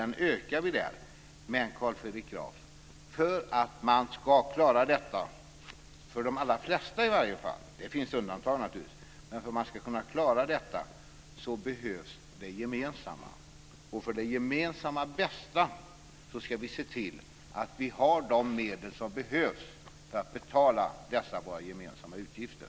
Men, Carl Fredrik Graf, för att man ska klara detta för i alla fall de allra flesta - det finns naturligtvis undantag - behövs det gemensamma. För det gemensamma bästa ska vi se till att vi har de medel som behövs för att betala dessa våra gemensamma utgifter.